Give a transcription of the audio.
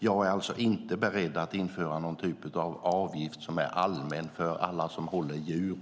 Jag är alltså inte beredd att införa någon typ av avgift som är allmän för alla som håller djur.